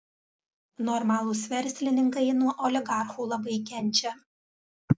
normalūs verslininkai nuo oligarchų labai kenčia